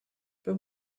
but